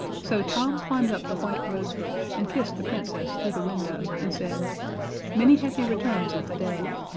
so tom climbed up the white rosebush and kissed the princess through the window, and said many happy returns of the day.